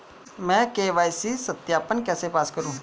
मैं के.वाई.सी सत्यापन कैसे पास करूँ?